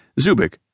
Zubik